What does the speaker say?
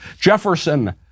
Jefferson